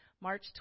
March